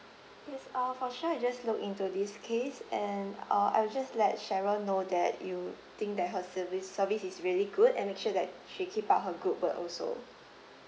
yes uh for sure I just look into this case and uh I'll just let cheryl know that you think that her service service is really good and make sure that she keep up her good work also